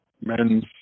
men's